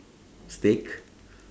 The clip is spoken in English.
steak